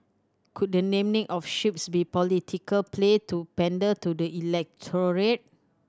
could the naming of ships be political play to pander to the electorate